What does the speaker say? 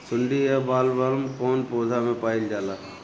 सुंडी या बॉलवर्म कौन पौधा में पाइल जाला?